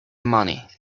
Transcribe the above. money